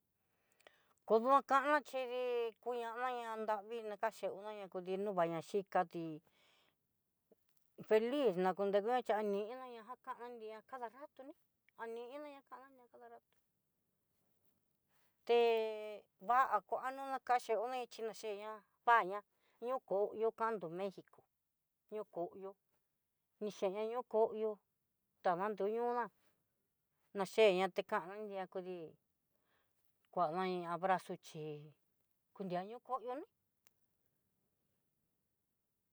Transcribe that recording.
Kodo kan'na xhidi kuñana na nravii na kaxhi uña'a na kudinovaña xhi katí, feliz nakunrakuña chí aní inaña jananríña cada rató ni ani inaña ani inaña cada rató, te va kuano na kaxie una ne kuna xheña va'a ña niukoyo kando méxico ñoo koyo ni chen nió koyoo tá nandio niuna, na cheña tekanña kudii kuaña iin abrazo chí kudiaña koyó ni'i.